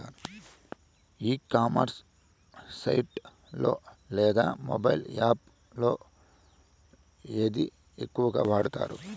ఈ commerce site లో లేదా మొబైల్ యాప్ లో ఏది ఎక్కువగా వాడుతారు?